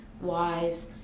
wise